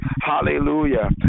hallelujah